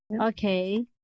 Okay